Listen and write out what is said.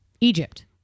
egypt